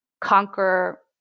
conquer